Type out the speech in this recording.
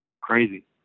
crazy